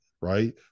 right